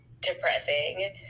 depressing